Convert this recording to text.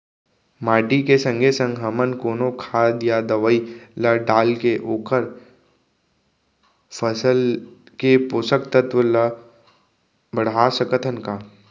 माटी के संगे संग हमन कोनो खाद या दवई ल डालके ओखर फसल के पोषकतत्त्व ल बढ़ा सकथन का?